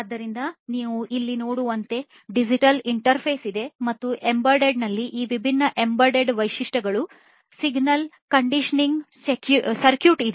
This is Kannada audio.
ಆದ್ದರಿಂದ ನೀವು ಇಲ್ಲಿ ನೋಡುವಂತೆ ಡಿಜಿಟಲ್ ಇಂಟರ್ಫೇಸ್ ಇದೆ ಮತ್ತು ಎಂಬೆಡೆಡ್ನಲ್ಲಿ ವಿಭಿನ್ನ ಎಂಬೆಡೆಡ್ ವೈಶಿಷ್ಟ್ಯಗಳು ಸಿಗ್ನಲ್ ಕಂಡೀಷನಿಂಗ್ ಸರ್ಕ್ಯೂಟ್ ಇದೆ